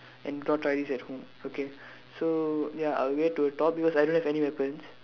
and do not try this at home okay so ya I'll get to the top because I do not have any weapons